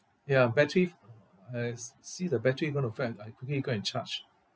ya battery uh s~ see the battery going to fail I quickly go and charge